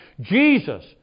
Jesus